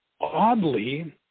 oddly